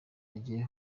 agiye